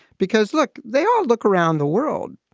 because, look, they all look around the world.